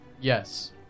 Yes